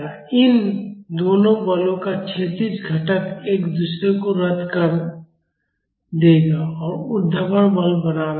इन दोनों बलों का क्षैतिज घटक एक दूसरे को रद्द कर देगा और ऊर्ध्वाधर बल बना रहेगा